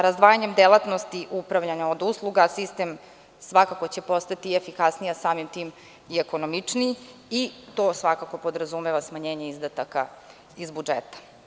Razdvajanjem delatnosti upravljanja od usluga sistem svakako će postati efikasniji, a samim tim i ekonomičniji i to svakako podrazumeva smanjenje izdataka iz budžeta.